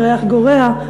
ירח גורע,